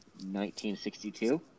1962